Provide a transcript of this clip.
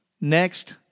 Next